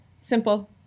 Simple